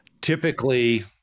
typically